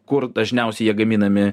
kur dažniausiai jie gaminami